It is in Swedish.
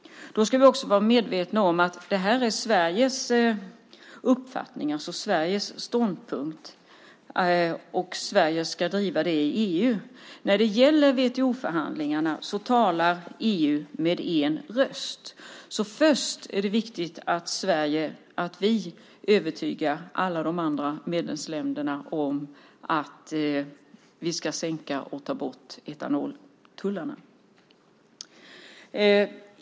Vi ska vara medvetna om att det här är Sveriges uppfattning och Sveriges ståndpunkt. Sverige ska driva detta i EU. När det gäller WTO-förhandlingarna talar EU med en röst. Först är det alltså viktigt att Sverige övertalar alla de andra medlemsländerna att sänka och ta bort etanoltullarna.